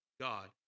God